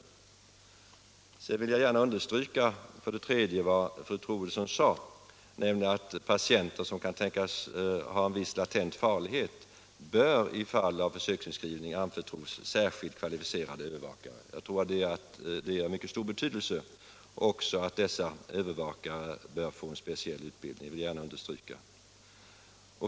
För det tredje vill jag gärna understryka vad fru Troedsson sade, nämligen att patienter som kan tänkas ha en viss latent farlighet i fall av försöksutskrivning bör anförtros åt särskilt kvalificerade övervakare. Jag anser också att det är av mycket stor betydelse att dessa övervakare får speciell utbildning. Det vill jag gärna understryka.